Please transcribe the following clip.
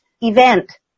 event